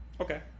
Okay